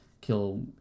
kill